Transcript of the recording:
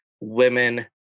women